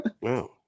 wow